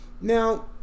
now